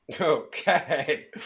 Okay